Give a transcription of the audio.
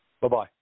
Bye-bye